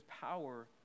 power